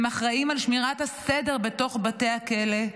הם אחראים לשמירת הסדר בתוך בתי הכלא,